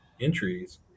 entries